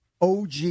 OG